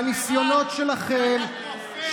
והניסיונות שלכם,